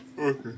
Okay